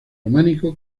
románico